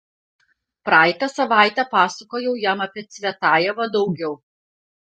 praeitą savaitę pasakojau jam apie cvetajevą daugiau